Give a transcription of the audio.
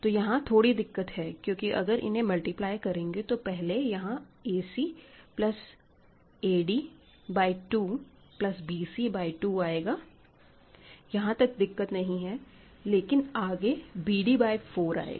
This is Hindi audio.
तो यहां थोड़ी दिक्कत है क्योंकि अगर इन्हें मल्टीप्लाई करेंगे तो पहले यहां a c plus ad by 2 plus bc by 2 आएगा यहां तक दिक्कत नहीं है लेकिन आगे bd बाय 4 आएगा